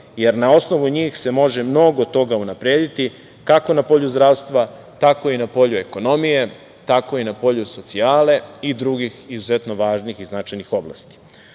jer na osnovu njih se može mnogo toga unaprediti kako na polju zdravstva, tako i na polju ekonomije, tako i na polju socijale i drugih izuzetno važnih i značajnih oblasti. Popisom